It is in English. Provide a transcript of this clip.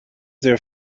their